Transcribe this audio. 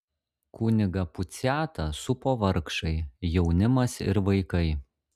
kunigą puciatą supo vargšai jaunimas ir vaikai